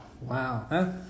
Wow